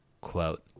quote